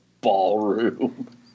ballroom